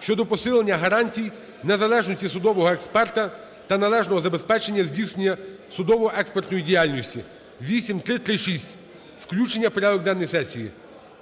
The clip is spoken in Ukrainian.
щодо посилення гарантій незалежності судового експерта та належного забезпечення здійснення судово-експертної діяльності (8336).